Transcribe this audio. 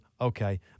Okay